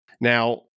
Now